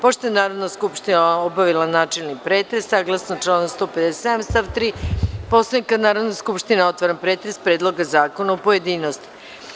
Pošto je Narodna skupština obavila načelni pretres, saglasno članu 157. stav 3. Poslovnika Narodne skupštine, otvaram pretres Predloga zakona u pojedinostima.